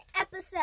episode